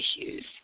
issues